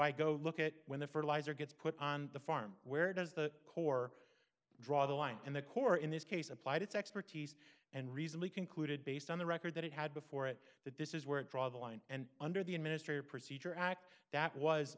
i go look at when the fertilizer gets put on the farm where does the corps draw the line and the corps in this case applied its expertise and recently concluded based on the record that it had before it that this is where it draw the line and under the administrative procedure act that was